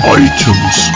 items